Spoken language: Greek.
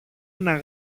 ένα